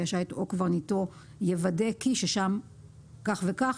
השיט או קברניטו יוודא כי שם כך וכך,